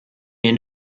end